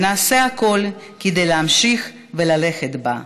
ונעשה הכול כדי להמשיך וללכת בה.